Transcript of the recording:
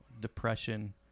depression